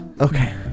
Okay